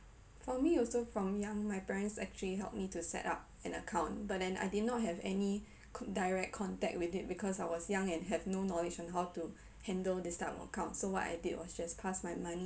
for me also from young my parents actually helped me to setup an account but then I did not have any co~ direct contact with it because I was young and have no knowledge on how to handle this type of account so what I did was just pass my money